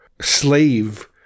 slave